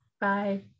Bye